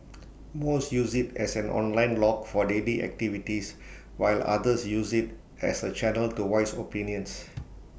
most use IT as an online log for daily activities while others use IT as A channel to voice opinions